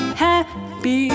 happy